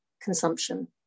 consumption